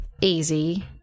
easy